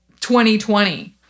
2020